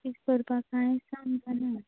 कित करपा कांय समजना